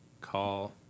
call